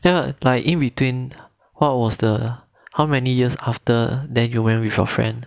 ya like in between what was the how many years after then you went with your friend